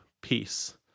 peace